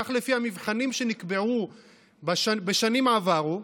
כך לפי המבחנים שנקבעו בשנים עברו,